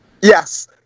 Yes